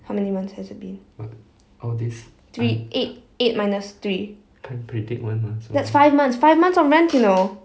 how many months has it been three eight eight minutes three that's five months five months of rent you know